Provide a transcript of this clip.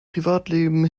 privatleben